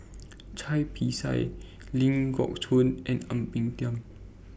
Cai Bixia Ling Geok Choon and Ang Peng Tiam